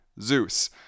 Zeus